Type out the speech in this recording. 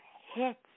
hits